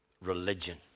religion